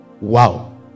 wow